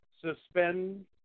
suspend